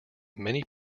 many